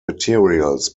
materials